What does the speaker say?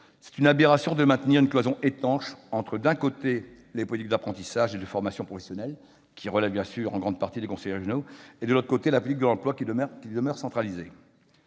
c'est une aberration de maintenir une cloison étanche entre, d'un côté, les politiques d'apprentissage et de formation professionnelle, qui relèvent en grande partie des conseils régionaux et, de l'autre, la politique de l'emploi, qui demeure centralisée.